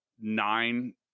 nine